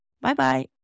Bye-bye